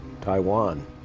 Taiwan